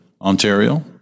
Ontario